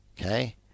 Okay